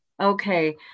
Okay